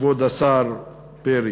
וכבוד השר פרי.